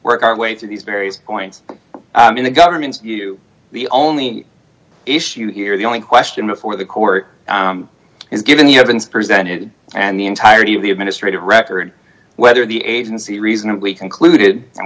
work our way through these various points in the government's view the only issue here the only question before the court is given the evidence presented and the entirety of the administrative record whether the agency reasonably concluded